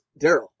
Daryl